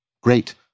Great